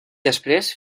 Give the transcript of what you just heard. després